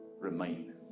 remain